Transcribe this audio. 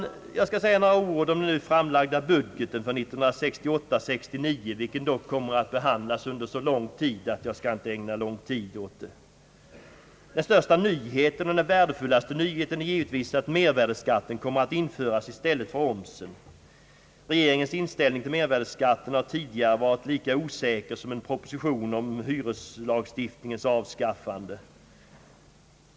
Jag skall också säga några ord om den nu framlagda budgeten för år 1968/69. Den kommer att behandlas under så lång tid att jag inte ämnar gå närmare in på den just nu. Den största och värdefullaste nyheten är givetvis att mervärdeskatten kommer att införas i stället för omsen. Regeringens inställning till mervärdeskatten har tidigare varit lika osäker som en proposition om avskaffande av hyreslagen.